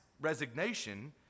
resignation